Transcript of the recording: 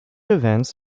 events